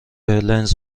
لنز